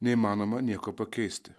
neįmanoma nieko pakeisti